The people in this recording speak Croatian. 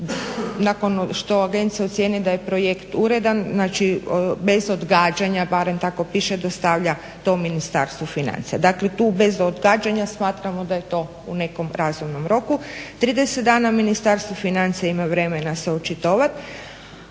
nakon što agencija ocijeni da je projekt uredan, znači bez odgađanja barem tako piše dostavlja to Ministarstvu financija. Dakle, tu bez odgađanja smatramo da je to u nekom razumnom roku. 30 dana Ministarstvo financija ima vremena se očitovati.